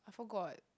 I forgot